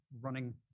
running